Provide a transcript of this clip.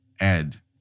Ed